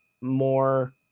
more